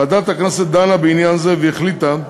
ועדת הכנסת דנה בעניין זה והחליטה,